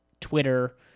Twitter